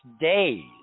days